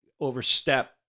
overstep